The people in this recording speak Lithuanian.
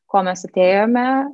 ko mes atėjome